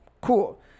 cool